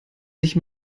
sich